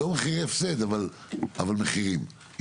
לא מחירי הפסד, אבל יש לזה מחירים.